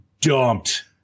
dumped